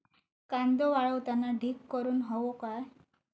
कांदो वाळवताना ढीग करून हवो काय?